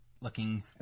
Looking